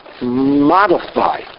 modify